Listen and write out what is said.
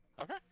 Okay